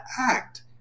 act